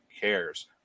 cares